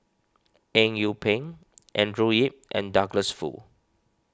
Eng Yee Peng Andrew Yip and Douglas Foo